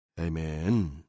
Amen